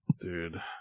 Dude